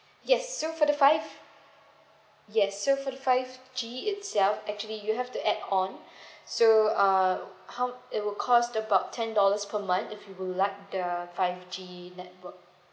yes so for the five yes so for the five G itself actually you have to add on so uh how it will cost about ten dollars per month if you would like the five G network